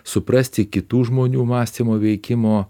suprasti kitų žmonių mąstymo veikimo